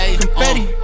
confetti